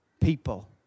People